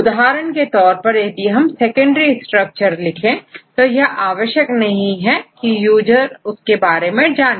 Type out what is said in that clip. उदाहरण के तौर पर यदि हम सेकेंडरी स्ट्रक्चर लिखें तो यह आवश्यक नहीं है यूजर उसके बारे में जाने